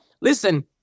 Listen